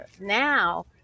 Now